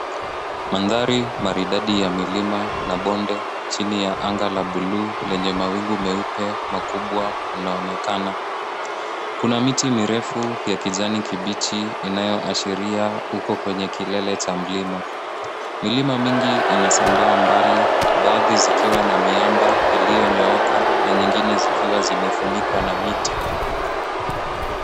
Mandhari maridadi ya milima na bonde chini ya anga la buluu lenye mawingu meupe makubwa unaonekana. Kuna miti mirefu ya kijani kibichi inayoashiria uko kwenye kilele cha mlima. Milima mingi inasambaa mbali baadhi zikiwa na miamba iliyonyooka na nyingine zikiwa zimefunikwa na miti.